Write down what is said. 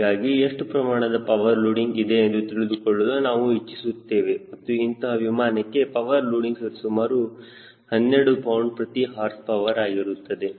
ಹೀಗಾಗಿ ಎಷ್ಟು ಪ್ರಮಾಣದ ಪವರ್ ಲೋಡಿಂಗ್ ಇದೆ ಎಂದು ತಿಳಿದುಕೊಳ್ಳಲು ನಾವು ಇಚ್ಚಿಸುತ್ತೇವೆ ಮತ್ತು ಇಂತಹ ವಿಮಾನಕ್ಕೆ ಪವರ್ ಲೋಡಿಂಗ್ ಸರಿಸುಮಾರು 12 ಪೌಂಡ್ ಪ್ರತಿ ಹಾರ್ಸ್ ಪವರ್ ಆಗಿರುತ್ತದೆ